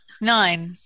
Nine